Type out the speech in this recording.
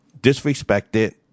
disrespected